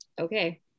okay